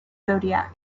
zodiac